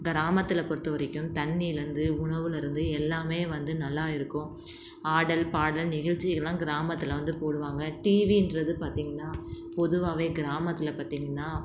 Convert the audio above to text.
கிராமத்தில் பொறுத்த வரைக்கும் தண்ணீயிலேருந்து உணவுலேருந்து எல்லாமே வந்து நல்லா இருக்கும் ஆடல் பாடல் நிகழ்ச்சிகள்லாம் கிராமத்தில் வந்து போடுவாங்க டிவின்றது பார்த்திங்கன்னா பொதுவாகவே கிராமத்தில் பார்த்திங்கன்னா